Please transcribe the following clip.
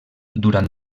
durant